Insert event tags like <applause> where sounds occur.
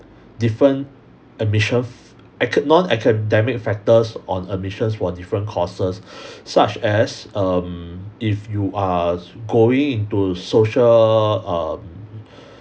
different admission f~ aca~ non-academic factors on admissions for different courses <breath> such as um if you are going into social um